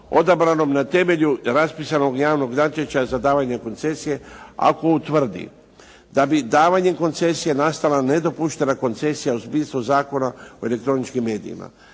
odabranom na temelju raspisanog javnog natječaja za davanje koncesije ako utvrdi da bi davanjem koncesije nastala nedopuštena koncesija u smislu Zakona o elektroničkim medijima.